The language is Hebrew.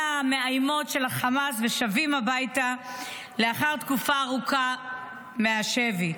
המאיימים של החמאס ושבים הביתה לאחר תקופה ארוכה בשבי.